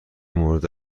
مورد